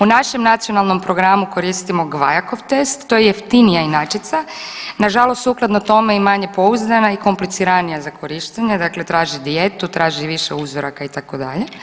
U našem nacionalnom programu koristimo Gvajakov test to je jeftinija inačica, nažalost sukladno tome i manje pouzdana i kompliciranija za korištenje, dakle traži dijetu, traži više uzoraka itd.